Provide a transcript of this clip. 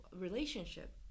relationship